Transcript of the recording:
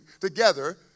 together